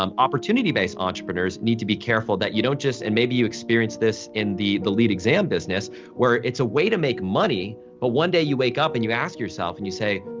um opportunity-based entrepreneurs need to be careful that you don't just, and maybe you experience this in the the lead exam business where it's a way to make money but one day you wake up and you ask yourself and you say,